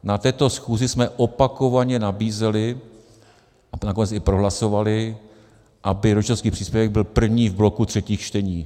Na této schůzi jsme opakovaně nabízeli a nakonec i prohlasovali, aby rodičovský příspěvek byl první v bloku třetích čtení.